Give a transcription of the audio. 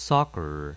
Soccer